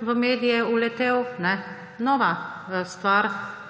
v medije, vletela nova stvar,